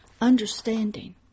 understanding